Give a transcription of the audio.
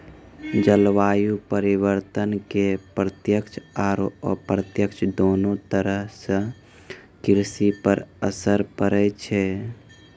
जलवायु परिवर्तन के प्रत्यक्ष आरो अप्रत्यक्ष दोनों तरह सॅ कृषि पर असर पड़ै छै